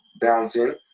bouncing